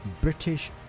british